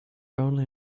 only